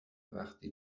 وقتی